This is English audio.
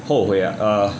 后悔 ah err